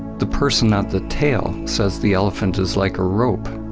the person at the tail says the elephant is like a rope.